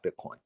Bitcoin